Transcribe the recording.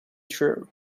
true